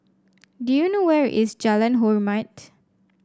do you know where is Jalan Hormat